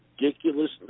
ridiculous